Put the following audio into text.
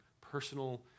personal